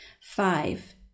Five